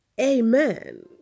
amen